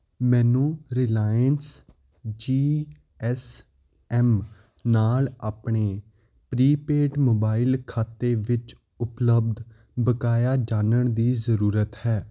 ਮੈਨੂੰ Reliance G S M ਨਾਲ ਆਪਣੇ ਪ੍ਰੀਪੇਡ ਮੋਬਾਈਲ ਖਾਤੇ ਵਿੱਚ ਉਪਲਬਧ ਬਕਾਇਆ ਜਾਣਨ ਦੀ ਜ਼ਰੂਰਤ ਹੈ